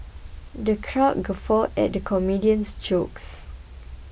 the crowd guffawed at the comedian's jokes